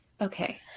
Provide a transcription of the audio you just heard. okay